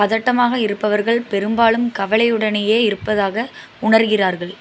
பதட்டமாக இருப்பவர்கள் பெரும்பாலும் கவலையுடனேயே இருப்பதாக உணர்கிறார்கள்